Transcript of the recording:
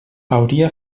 hauria